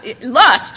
lust